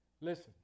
Listen